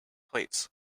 plates